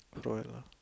join lah